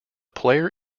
player